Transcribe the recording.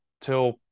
till